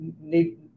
need